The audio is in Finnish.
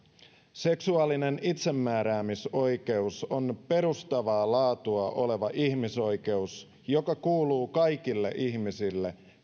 seksuaalinen itsemääräämisoikeus on perustavaa laatua oleva ihmisoikeus joka kuuluu kaikille ihmisille